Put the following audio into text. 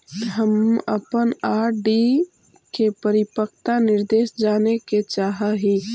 हम अपन आर.डी के परिपक्वता निर्देश जाने के चाह ही